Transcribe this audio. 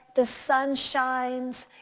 the sun shines,